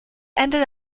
ended